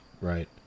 right